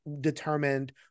determined